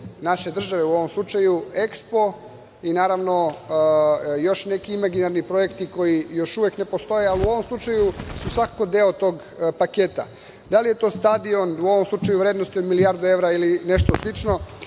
naše države u ovom slučaju biti EKSPO i, naravno, još neki imaginarni projekti koji još uvek ne postoje, ali u ovom slučaju su svakako deo tog paketa, da li je to stadion u ovom slučaju u vrednosti od milijardu evra ili nešto slično. Želim